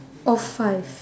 or five